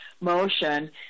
motion